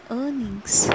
earnings